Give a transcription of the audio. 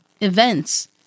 events